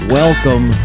welcome